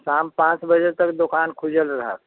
शाम पाँच बजे तक दोकान खुजल रहत